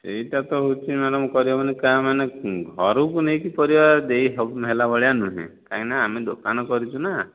ସେହିଟା ତ ହେଉଛି ମ୍ୟାଡ଼ାମ କରିହେବନି କାହିଁ ମାନେ ଘରକୁ ନେଇକି ପରିବା ଦେଇ ହେବନି ହେଲା ଭଳିଆ ନୁହେଁ କାହିଁକି ନା ଆମେ ଦୋକାନ କରିଛୁ ନା